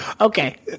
Okay